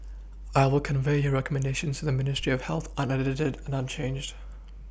I will convey your recommendations to the ministry of health unedited and unchanged